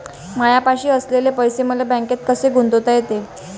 मायापाशी असलेले पैसे मले बँकेत कसे गुंतोता येते?